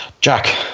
Jack